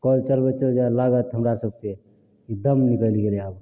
कल चलबैत चलबैत लागत जे हमरा सबके कि दम निकलि गेलय आब